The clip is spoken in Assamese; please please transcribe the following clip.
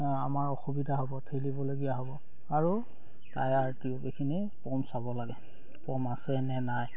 আমাৰ অসুবিধা হ'ব ঠেলিবলগীয়া হ'ব আৰু টায়াৰ টিউব এইখিনি পম চাব লাগে পম আছে নে নাই